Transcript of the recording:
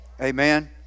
Amen